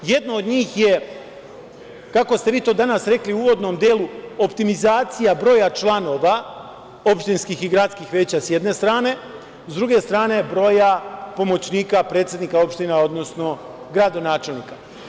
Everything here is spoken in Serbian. Jedno od njih je, kako ste vi to danas rekli u uvodnom delu, optimizacija broja članova opštinskih i gradskih veća, s jedne strane, s druge strane, broja pomoćnika predsednika opština, odnosno gradonačelnika.